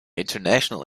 international